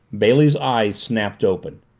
bailey's eyes snapped open.